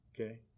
Okay